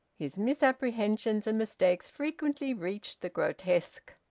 his misapprehensions and mistakes frequently reached the grotesque.